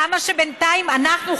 למה שבינתיים אנחנו,